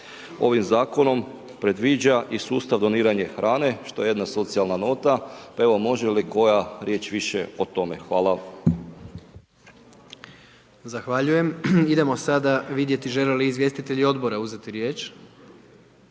ovim zakonom predviđa i sustav doniranja hrane što je jedna socijalna nota pa evo može li koja riječ više o tome? Hvala. **Jandroković, Gordan (HDZ)** Zahvaljujem. Idemo sada vidjeti žele li izvjestitelji odbora uzeti riječ?